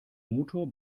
motor